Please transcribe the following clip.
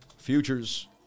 futures